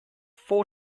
four